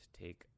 take